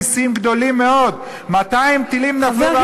נסים גדולים מאוד: 200 טילים נפלו ואף אחד לא נפגע.